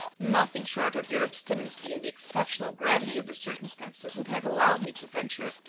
nothing short of your obstinancy and the exceptional gravity of the circumstances would have allowed me to venture.